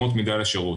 אמות מידה לשירות.